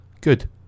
good